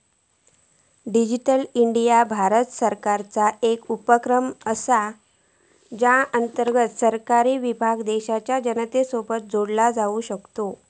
digital India Bharat सरकारचो एक उपक्रम असा ज्या अंतर्गत सरकारी विभाग देशाच्या जनतेसोबत जोडला जाऊ शकता